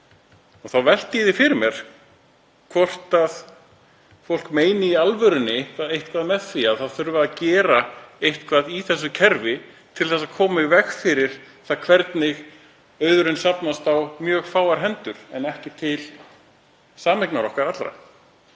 Þá velti ég því fyrir mér hvort fólk meini í alvörunni eitthvað með því að það þurfi að gera eitthvað í þessu kerfi til að koma í veg fyrir það hvernig auðurinn safnast á mjög fáar hendur en ekki til sameignar okkar allra.